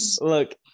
look